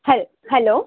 ಹಲ್ hello